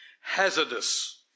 hazardous